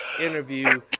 interview